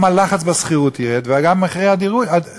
גם הלחץ בשכירות ירד וגם מחירי הדירות ירדו,